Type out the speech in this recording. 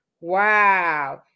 Wow